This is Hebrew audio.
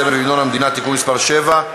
הסמל והמנון המדינה (תיקון מס' 7),